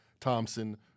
Thompson